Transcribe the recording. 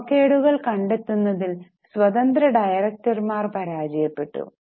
ക്രമകേടുകൾ കണ്ടെത്തുന്നതിൽ സ്വതന്ത്ര ഡയറക്ടർമാർ പരാജയപ്പെട്ടു